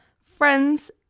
friends